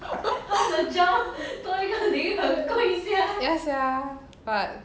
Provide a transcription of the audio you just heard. ya sia but